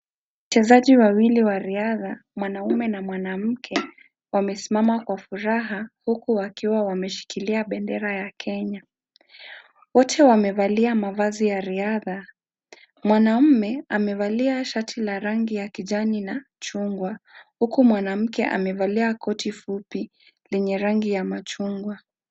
Wachezaji wawili wa riadha, mwanamume na mwanamke wamesimaa kwa furaha huku wakiwa wameshikilia bendera ya Kenya. Wote wamevalia mavazi ya riadha. Mwanamume amevalia shati la rangi ya kijani na chungwa huku mwanamke amevalia koti fupi lenye rangi ya machungwa.